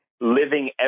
living